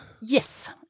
Yes